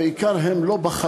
עיקר הבעיות הן לא בחלון,